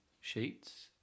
sheets